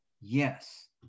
Yes